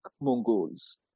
Mongols